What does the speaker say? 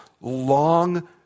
long